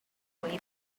way